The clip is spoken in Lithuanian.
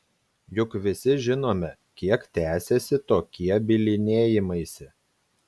juk visi žinome kiek tęsiasi tokie bylinėjimaisi